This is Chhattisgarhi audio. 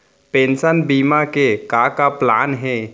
पेंशन बीमा के का का प्लान हे?